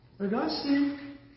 Augustine